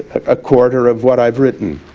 a quarter of what i've written.